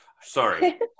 Sorry